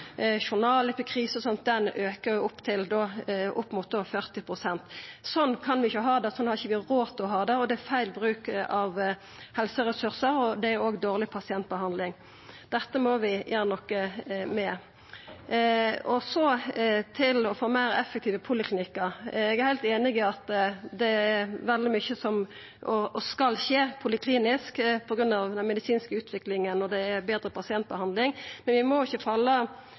aukar da opp mot 40 pst. Slik kan vi ikkje ha det, og slik har vi ikkje råd til å ha det. Det er feil bruk av helseressursar, og det er òg dårleg pasientbehandling. Dette må vi gjera noko med. Så til punktet om å få meir effektive poliklinikkar. Eg er heilt einig i at det er veldig mykje som skal skje poliklinisk på grunn av den medisinske utviklinga, som vil betra pasientbehandlinga, men vi må ikkje